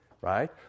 right